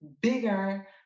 bigger